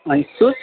अनि सुज